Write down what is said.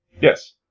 Yes